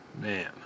Man